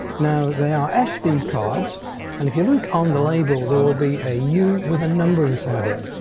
now they are sd cards and if you look on the label there will be a u with a number inside it.